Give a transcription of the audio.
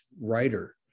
writer